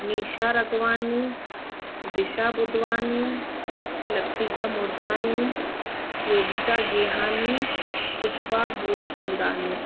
Nisha Rakwani Disha Budhwani Latika Moorjhani Yogita Gehani Pushpa Bhulchandani